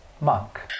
monk